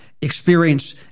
experience